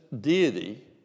deity